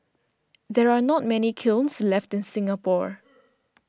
there are not many kilns left in Singapore